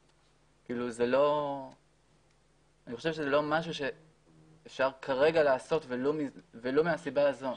אני חושב שזה לא משהו שאפשר כרגע לעשות ולו מהסיבה הזאת.